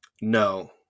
No